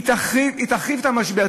תרחיב את המשבר,